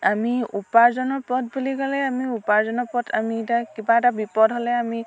আমি উপাৰ্জনৰ পথ বুলি ক'লে আমি উপাৰ্জনৰ পথ আমি তাক কিবা এটা বিপদ হ'লে আমি